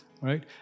right